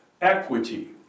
equity